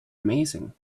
amazing